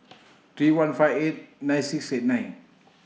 three one five eight nine six eight nine